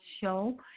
Show